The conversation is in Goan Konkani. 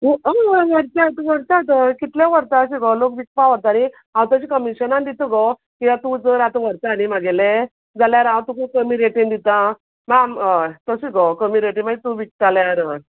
अय व्हरचात व्हरतात अय कितले व्हरता अशें गो लोक विकपा व्हरता रे हांव तशें कमिशनान दित गो किया तूं जर आतां व्हरता न्ही म्हागेले जाल्यार हांव तुका कमी रेटीन दिता माय आम अय तशी गो कमी रेटीन माई तूं विकतल्यार हय